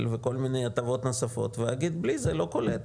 מכל מיני הטבות נוספות ואגיד: בלי זה לא קולט,